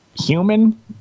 human